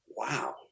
wow